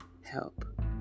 help